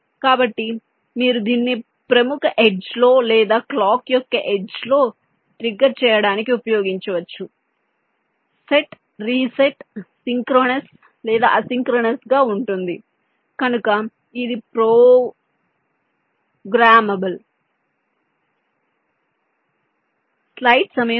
కాబట్టి మీరు దీన్ని ప్రముఖ ఎడ్జ్ లో లేదా క్లాక్ యొక్క ఎడ్జ్ లో ట్రిగ్గర్ చేయడానికి ఉపయోగించవచ్చు సెట్ రీసెట్ సింక్రోనస్ లేదా అసింక్రోనస్ గా ఉంటుంది కనుక ఇది పూర్తిగా ప్రోగ్రామబుల్ కదా